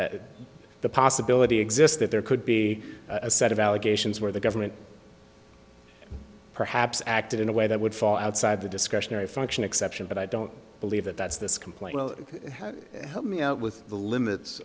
the possibility exists that there could be a set of allegations where the government perhaps acted in a way that would fall outside the discretionary function exception but i don't believe that that's this complaint with the limits